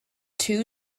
two